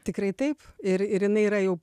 tikrai taip ir ir jinai yra jau